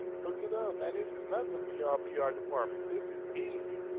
hook it up. man, this is nothing for y'all pr department. this is easy.